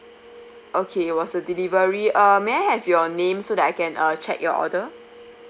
okay was the delivery uh may I have your name so that I can uh check your order